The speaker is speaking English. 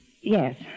Yes